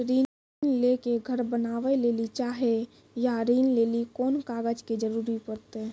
ऋण ले के घर बनावे लेली चाहे या ऋण लेली कोन कागज के जरूरी परतै?